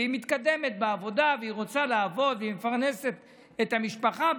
והיא מתקדמת בעבודה והיא רוצה לעבוד ומפרנסת את המשפחה,